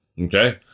okay